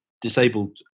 disabled